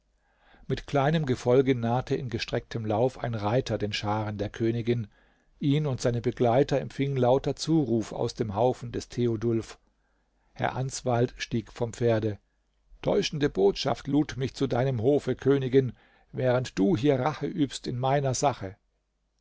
mit kleinem gefolge nahte in gestrecktem lauf ein reiter den scharen der königin ihn und seine begleiter empfing lauter zuruf aus dem haufen des theodulf herr answald stieg vom pferde täuschende botschaft lud mich zu deinem hofe königin während du hier rache übst in meiner sache